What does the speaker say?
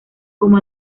como